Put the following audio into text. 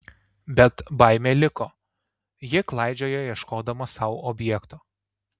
bet baimė liko ji klaidžioja ieškodama sau objekto